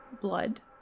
blood